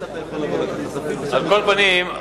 על כל פנים,